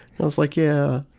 and i was like yeah.